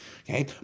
Okay